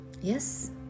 yes